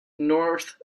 north